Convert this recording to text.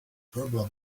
problem